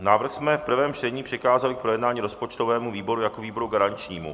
Návrh jsme v prvém čtení přikázali k projednání rozpočtovému výboru jako výboru garančnímu.